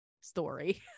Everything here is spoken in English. story